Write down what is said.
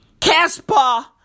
Casper